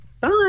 Bye